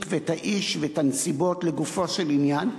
ואת האיש ואת הנסיבות לגופו של עניין,